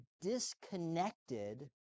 disconnected